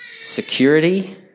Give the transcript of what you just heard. Security